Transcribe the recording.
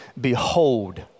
behold